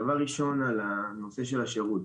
דבר ראשון על הנושא של השרות.